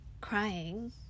crying